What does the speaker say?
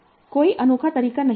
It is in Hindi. कोई अनोखा तरीका नहीं लगता